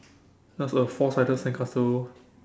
just a four sided sandcastle